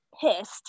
pissed